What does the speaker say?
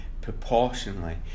proportionally